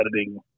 editing